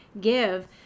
give